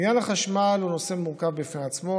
עניין החשמל הוא נושא מורכב בפני עצמו,